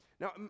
Now